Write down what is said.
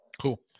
cool